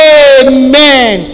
amen